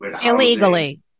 Illegally